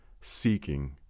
Seeking